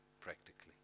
practically